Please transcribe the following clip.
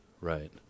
Right